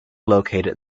located